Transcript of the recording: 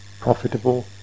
profitable